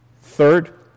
Third